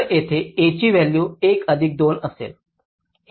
तर येथे A ची व्हॅल्यू 1 अधिक 2 असेल